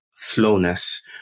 slowness